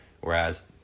whereas